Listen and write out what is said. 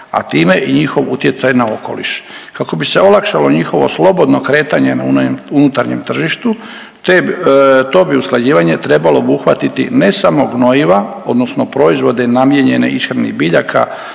a time i njihov utjecaj na okoliš. Kako bi se olakšalo njihovo slobodno kretanje na unutarnjem tržištu to bi usklađivanje trebalo obuhvatiti ne samo gnojiva odnosno proizvode namijenjene ishrani biljaka